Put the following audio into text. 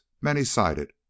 many-sided